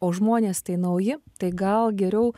o žmonės tai nauji tai gal geriau